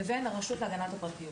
לבין הרשות להגנת הפרטיות.